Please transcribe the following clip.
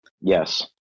Yes